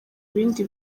bindi